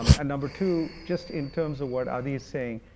um number two, just in terms of what adhi's saying,